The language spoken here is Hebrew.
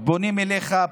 פונים אליך,